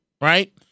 right